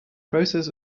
process